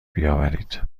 بیاورید